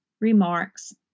remarks